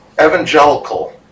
evangelical